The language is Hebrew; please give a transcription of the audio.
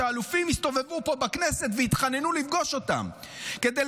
אלופים הסתובבו פה בכנסת והתחננו לפגוש אותם כדי